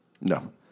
No